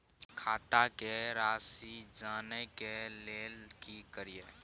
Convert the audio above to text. खाता के राशि जानय के लेल की करिए?